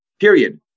Period